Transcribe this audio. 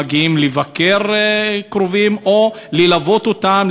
מגיעים לבקר קרובים או ללוות אותם,